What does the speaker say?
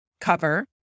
cover